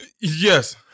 Yes